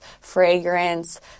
fragrance